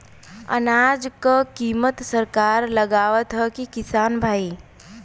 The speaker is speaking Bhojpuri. अनाज क कीमत सरकार लगावत हैं कि किसान भाई?